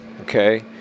okay